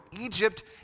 Egypt